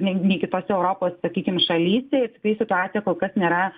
nei nei kitose europos sakykim šalyse ir tikrai situacija kol kas nėra